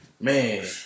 Man